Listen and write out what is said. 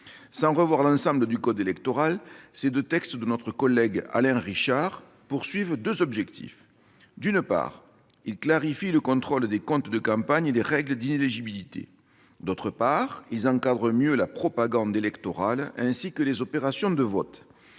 Sans revoir l'ensemble de ce code, les deux textes de notre collègue Alain Richard ont deux objectifs : d'une part, ils clarifient le contrôle des comptes de campagne et les règles d'inéligibilité ; d'autre part, ils encadrent mieux la propagande électorale, ainsi que les opérations de vote.